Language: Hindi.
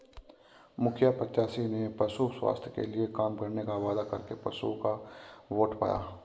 मुखिया प्रत्याशी ने पशु स्वास्थ्य के लिए काम करने का वादा करके पशुपलकों का वोट पाया